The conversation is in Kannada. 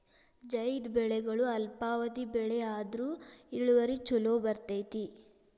ಝೈದ್ ಬೆಳೆಗಳು ಅಲ್ಪಾವಧಿ ಬೆಳೆ ಆದ್ರು ಇಳುವರಿ ಚುಲೋ ಬರ್ತೈತಿ